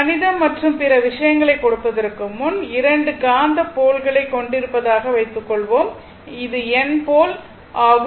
கணிதம் மற்றும் பிற விஷயங்களைக் கொடுப்பதற்கு முன் இரண்டு காந்த போல்களை கொண்டிருப்பதாக வைத்துக்கொள்வோம் இது N போல் ஆகும்